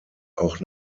auch